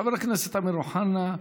חבר הכנסת אמיר אוחנה,